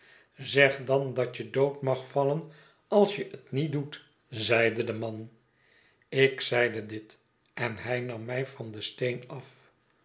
zeg dan dat je dood mag vallen als je het niet doet zeide de man ik zeide dit en hij nam mij van den steen af